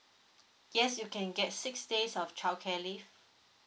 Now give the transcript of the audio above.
yes you can get six days of childcare leave